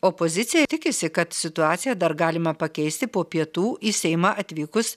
opozicija tikisi kad situaciją dar galima pakeisti po pietų į seimą atvykus